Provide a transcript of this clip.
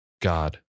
God